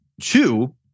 Two